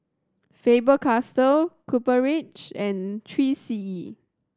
Faber Castell Copper Ridge and Three C E